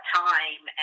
time